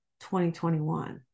2021